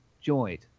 joint